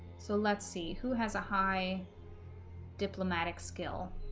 so let's see who has a high diplomatic skill